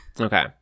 Okay